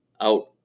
out